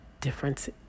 difference